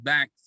Back